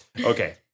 Okay